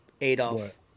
Adolf